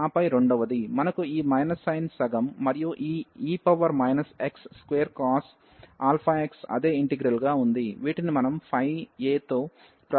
ఆపై రెండవది మనకు ఈ మైనస్ సైన్ సగం మరియు ఈ ఇ power minus x square cos alpha x అదే ఇంటిగ్రల్గా ఉంది వీటిని మనం phi a తో ప్రారంభించాము